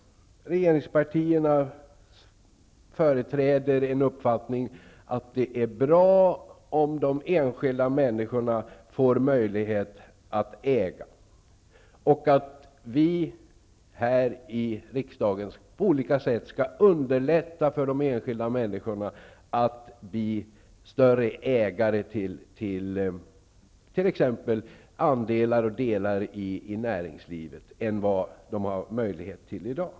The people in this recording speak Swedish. Regeringspartierna företräder en uppfattning att det är bra om de enskilda människorna får möjlighet att äga. Vi här i riksdagen skall på olika sätt underlätta för de enskilda människorna att bli större ägare till t.ex. andelar i näringslivet än vad de har möjlighet till i dag.